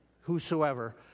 whosoever